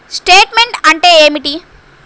Statement అంటే ఏమిటి?